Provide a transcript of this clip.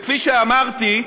כפי שאמרתי,